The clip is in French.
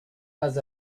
pas